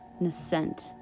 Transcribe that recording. Nascent